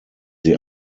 sie